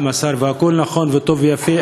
והכול נכון וטוב ויפה,